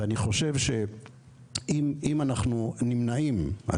ואני חושב שאם אנחנו נמנעים מלטפל,